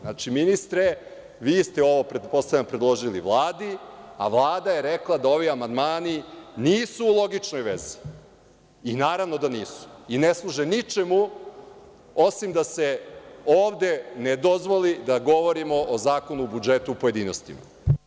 Znači, ministre, vi ste ovo pretpostavljam predložili Vladi, a Vlada je rekla da ovi amandmani nisu u logičnoj vezi i, naravno, da nisu, ne služe ničemu, osim da se ovde ne dozvoli da govori o Zakonu o budžetu u pojedinostima.